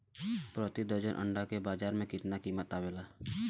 प्रति दर्जन अंडा के बाजार मे कितना कीमत आवेला?